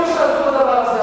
את הדבר הזה.